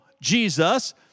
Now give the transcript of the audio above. Jesus